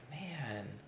man